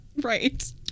Right